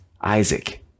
Isaac